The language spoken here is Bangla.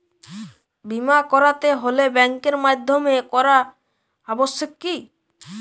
বিমা করাতে হলে ব্যাঙ্কের মাধ্যমে করা আবশ্যিক কি?